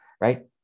right